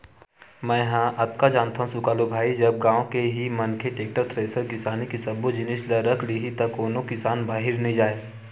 मेंहा अतका जानथव सुकालू भाई जब गाँव के ही मनखे टेक्टर, थेरेसर किसानी के सब्बो जिनिस ल रख लिही त कोनो किसान बाहिर नइ जाय